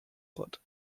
wort